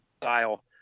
style